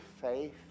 faith